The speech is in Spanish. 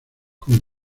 con